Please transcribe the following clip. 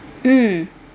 mm